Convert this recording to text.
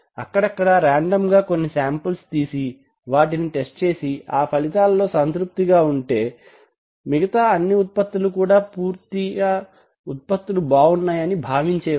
అక్కడక్కడా రాండమ్ గా కొన్ని శాంపిల్స్ తీసి వాటిని టెస్ట్ చేసి ఆ ఫలితాలతో సంతృప్తిగా ఉంటే మిగతా అన్నీ ఉత్పత్తులు కూడా పూర్తి ఉత్పత్తులు బాగున్నాయని భావించేవారు